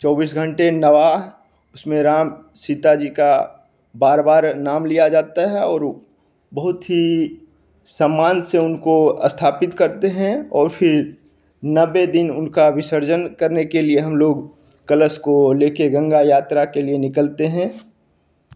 चौबीस घंटे नवा उसमें राम सीता जी का बार बार नाम लिया जाता है और बहुत ही सम्मान से उनको स्थापित करते हैं और फिर नब्बे दिन उनका विसर्जन करने के लिए हम लोग कलश को लेकर गंगा यात्रा के लिए निकलते हैं